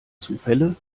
zufälle